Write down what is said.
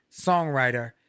songwriter